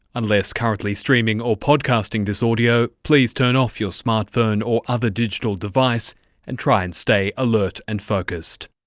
unless currently streaming or podcasting this audio, please turn off your smart phone or other digital device and try and stay alert and focussed.